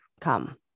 come